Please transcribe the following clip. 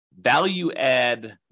value-add